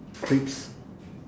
crisps